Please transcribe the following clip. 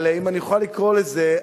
אם אני אוכל לקרוא לזה,